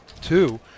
two